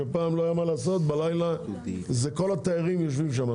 שפעם לא היה מה לעשות בלילה זה כל התיירים יושבים שם.